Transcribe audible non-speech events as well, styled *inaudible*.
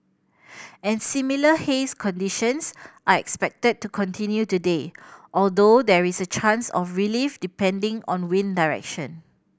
*noise* and similar haze conditions are expected to continue today although there is a chance of relief depending on wind direction